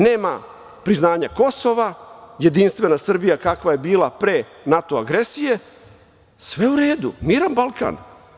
Nema priznanja Kosova, jedinstvena Srbija kakva je bila pre NATO agresije, sve u redu, miran Balkan.